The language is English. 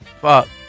Fuck